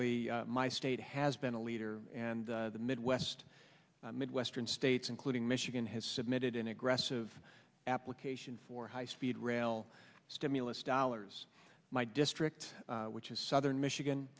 y my state has been a leader and the midwest midwestern states including michigan has submitted an aggressive application for high speed rail stimulus dollars my district which is southern michigan